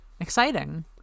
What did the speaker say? exciting